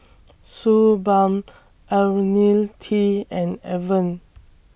Suu Balm Ionil T and Avene